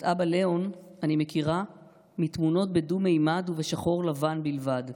את אבא ליאון אני מכירה מתמונות בדו-ממד ובשחור לבן בלבד,